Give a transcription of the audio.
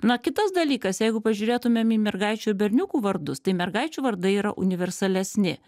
na kitas dalykas jeigu pažiūrėtumėm į mergaičių ir berniukų vardus tai mergaičių vardai yra universalesni